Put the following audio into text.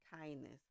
kindness